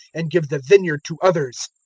and give the vineyard to others.